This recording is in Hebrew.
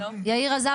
יאיר עזב,